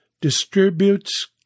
distributes